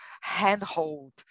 handhold